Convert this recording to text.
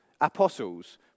Apostles